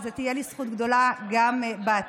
וזאת תהיה לי זכות גדולה גם בעתיד.